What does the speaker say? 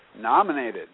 nominated